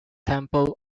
temple